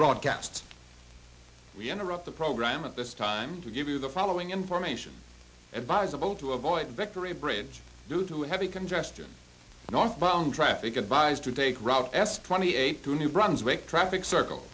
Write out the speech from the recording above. broadcasts we interrupt the program at this time to give you the following information advisable to avoid victory bridge due to heavy congestion northbound traffic advised to take route s twenty eight to new brunswick traffic circle